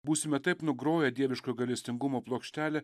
būsime taip nugroję dieviškojo gailestingumo plokštelę